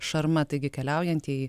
šarma taigi keliaujantieji